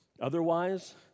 Otherwise